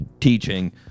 teaching